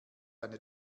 eine